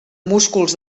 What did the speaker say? músculs